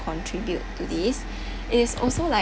contribute to this is also like